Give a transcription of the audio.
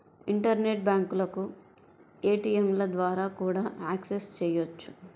internet బ్యాంకులను ఏటీయంల ద్వారా కూడా యాక్సెస్ చెయ్యొచ్చు